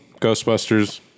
Ghostbusters